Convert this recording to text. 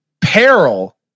peril